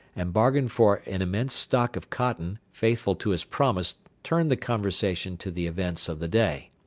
and bargained for an immense stock of cotton, faithful to his promise, turned the conversation to the events of the day.